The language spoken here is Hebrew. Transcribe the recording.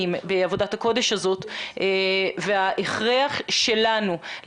זו אנומליה.